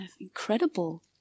incredible